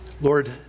Lord